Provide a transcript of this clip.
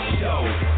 show